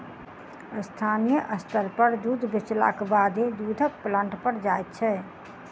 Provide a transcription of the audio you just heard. स्थानीय स्तर पर दूध बेचलाक बादे दूधक प्लांट पर जाइत छै